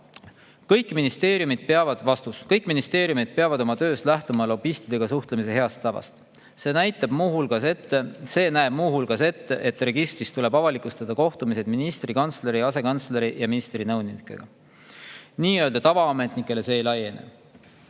Kõik ministeeriumid peavad oma töös lähtuma lobistidega suhtlemise heast tavast. See näeb muu hulgas ette, et registris tuleb avalikustada kohtumised ministri, kantsleri, asekantsleri ja ministri nõunikega. Nii-öelda tavaametnikele see ei laiene.